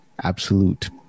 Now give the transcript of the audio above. absolute